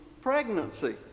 pregnancy